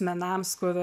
menams kur